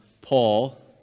Paul